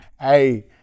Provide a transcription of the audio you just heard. Hey